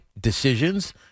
decisions